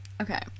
okay